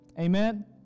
Amen